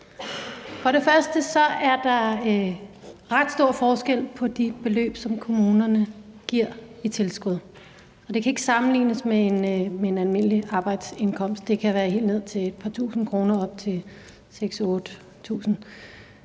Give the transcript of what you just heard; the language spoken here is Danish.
For det første er der ret stor forskel på de beløb, som kommunerne giver i tilskud. Det kan ikke sammenlignes med en almindelig arbejdsindkomst, for det kan være helt ned til et par tusinde kroner og op til 6.000-8.000